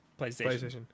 playstation